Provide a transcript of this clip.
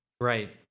Right